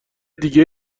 دیگه